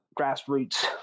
grassroots